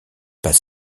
pas